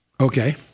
Okay